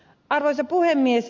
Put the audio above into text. arvoisa puhemies